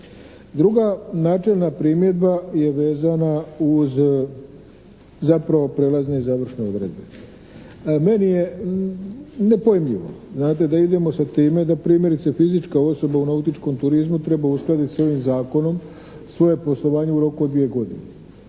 Druga načelna primjedba je vezana uz zapravo prelazne i završne odredbe. Meni je nepojmljivo znate da idemo sa time da primjerice fizička osoba u nautičkom turizmu treba uskladiti sa ovim Zakonom svoje poslovanje u roku od dvije godine.